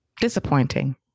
Disappointing